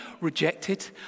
rejected